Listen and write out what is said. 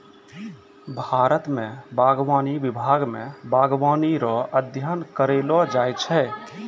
भारत मे बागवानी विभाग मे बागवानी रो अध्ययन करैलो जाय छै